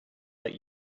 let